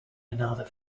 another